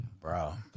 Bro